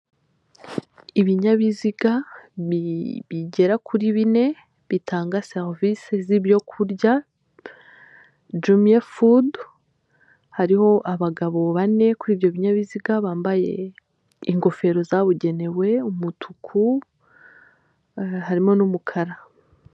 Ibinyabiziga bigera kuri bine bitanga serivise zibyo kurya jumiya fudu hariho abagabo bane kuri ibyo binyabiziga bambaye ingofero zabugenewe umutuku harimo n'umukara.